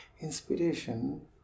inspiration